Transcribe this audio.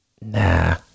Nah